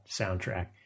soundtrack